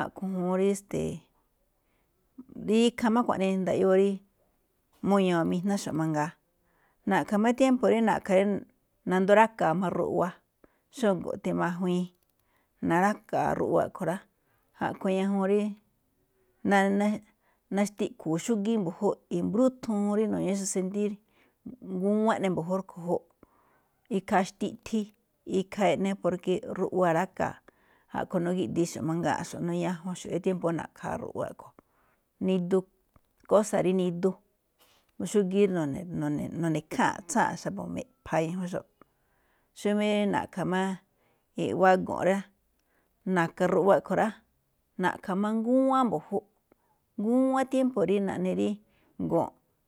A̱ꞌkhue̱n ñajuun rí este̱e̱ꞌ, ikhaa máꞌ xkuaꞌnii ndaꞌyóo rí mu̱ña̱wa̱n míjnáxo̱ꞌ mangaa. Na̱ꞌkha̱ máꞌ tiémpo̱ ído̱ rí nandoo má ra̱ka̱a ruꞌwa, xó go̱nꞌ timajuiin, na̱ráka̱a̱ ruꞌwa a̱ꞌkhue̱n rá. A̱ꞌkhue̱n ñajuun rí na- naxtiꞌkhu̱u̱ xúgíí mbu̱júꞌ, i̱mbrúthuun rí nu̱ñi̱íxo̱ꞌ se̱ntír, ngúwán eꞌne rúꞌkhue̱n mbu̱júꞌ. Ikhaa xtiꞌthin, ikhaa eꞌne porke ruꞌwa i̱ráka̱a̱, a̱ꞌkhue̱n nu̱gíꞌdi̱ínxo̱ꞌ mangáa̱nxo̱ꞌ nu̱ñajunxo̱ꞌ rí tiémpo̱ rí na̱ꞌkha̱a̱ rúꞌwa a̱ꞌkhue̱n, nidu, kósa̱ rí nidu, xúgíí rí nu̱ne̱, nu̱ne̱, nu̱ne̱ ikháa̱nꞌ tsáa̱nꞌ xa̱bo̱ me̱ꞌpha̱a̱ ñajuanxo̱ꞌ. Xómá rí na̱ꞌkha̱ iꞌwá go̱nꞌ rá, na̱ka̱ ruꞌwa a̱ꞌkhue̱n rá, na̱ꞌkha̱ máꞌ ngúwán mbo̱júꞌ, ngúwán tiémpo̱ rí naꞌne rí go̱nꞌ.